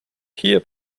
hier